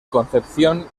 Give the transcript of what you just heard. concepción